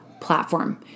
platform